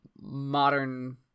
modern